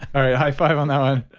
all right. high five on that one.